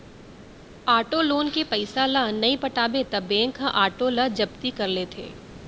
auto loan के पइसा ल नइ पटाबे त बेंक ह आटो ल जब्ती कर लेथे